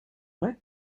vrai